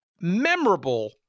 memorable